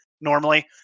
normally